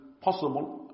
possible